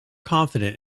confident